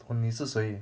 懂你是谁